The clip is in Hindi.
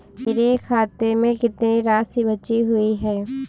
मेरे खाते में कितनी राशि बची हुई है?